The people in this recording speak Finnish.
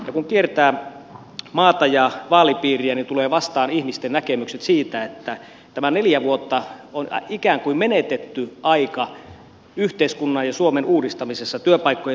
kun kiertää maata ja vaalipiiriä niin tulevat vastaan ihmisten näkemykset siitä että tämä neljä vuotta on ikään kuin menetetty aika yhteiskunnan ja suomen uudistamisessa työpaikkojen synnyttämiseksi